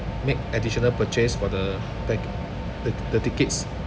make additional purchase for the pack~ the the tickets